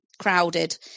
crowded